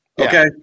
Okay